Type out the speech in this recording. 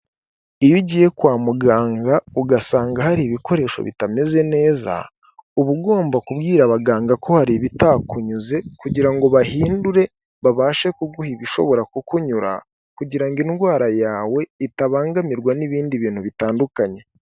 Iyo ugiye kwa muganga ugasanga hari ibikoresho bitameze neza uba ugomba kubwira abaganga ko hari ibitakunyuze kugira ngo bahindure babashe kuguha ibishobora kukunyura kugira ngo indwara yawe itabangamirwa n'ibindi bintu bitandukanye.